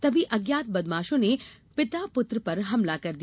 तभी अज्ञात बदमाशों ने पिता पुत्र पर हमला कर दिया